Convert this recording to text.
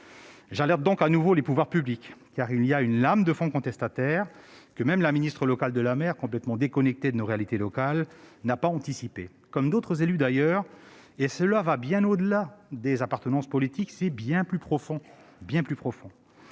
J'alerte donc de nouveau les pouvoirs publics, car il y a une lame de fond contestataire, que la ministre de la mer, complètement déconnectée de nos réalités locales, n'a pas anticipée, pas plus que d'autres élus il est vrai. Cela va bien au-delà des appartenances politiques : il s'agit d'un problème bien plus profond.